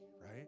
right